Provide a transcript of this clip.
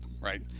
right